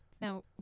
Now